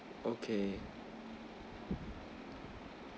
okay